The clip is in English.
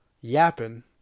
yapping